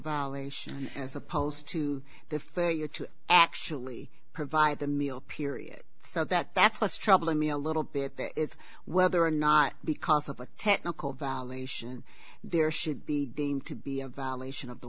violation as opposed to the failure to actually provide the meal period so that that's what's troubling me a little bit that is whether or not because of a technical violation there should be deemed to be a violation of the